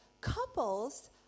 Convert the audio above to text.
couples